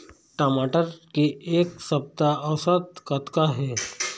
टमाटर के एक सप्ता औसत कतका हे?